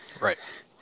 Right